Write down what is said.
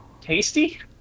tasty